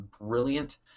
brilliant